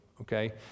okay